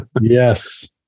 Yes